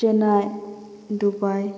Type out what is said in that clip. Chennai Dubai